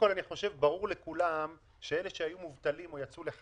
לאפשר להם להוציא את